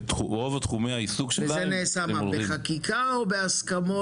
זה נעשה בחקיקה או בהסכמות?